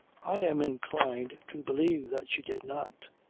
i am inclined to believe that she did not.